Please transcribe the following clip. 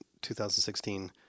2016